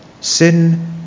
Sin